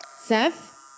Seth